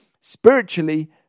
spiritually